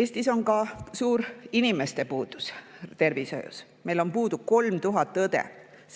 Eestis on ka suur inimeste puudus tervishoius. Meil on puudu 3000 õde,